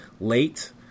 late